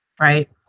right